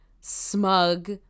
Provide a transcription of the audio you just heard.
smug